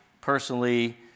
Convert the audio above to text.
personally